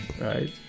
right